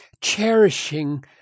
cherishing